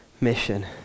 mission